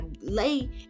lay